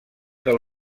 del